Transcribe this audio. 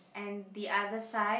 and the other side